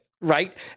right